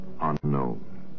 unknown